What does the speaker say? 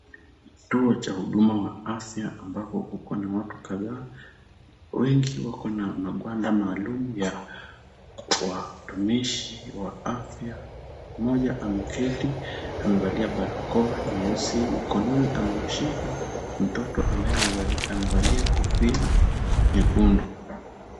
Kituo cha huduma wa afya ambako kuko na watu kadhaa. Wengi wako na magwanda maalum ya watumishi wa afya. Mmoja ameketi, amevalia barakoa nyeusi, mkononi amemshika mtoto ambaye amevalia kofia nyekundu.